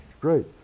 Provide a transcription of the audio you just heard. great